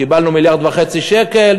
קיבלנו מיליארד וחצי שקל,